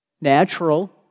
natural